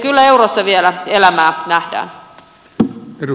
kyllä eurossa vielä elämää nähdään